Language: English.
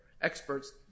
experts